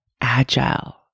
agile